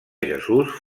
jesús